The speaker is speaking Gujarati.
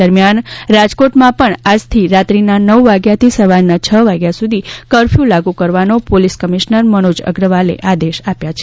દરમિયાન રાજકોટમાં પણ આજથી રાત્રિના નવ વાગ્યાથી સવારના છ વાગ્યા સુધી કરફયુ લાગુ કરવાનો પોલિસ કમિશનર મનોજ અગ્રવાલે આદેશ આપ્યા છે